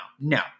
no